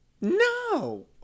no